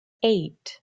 eight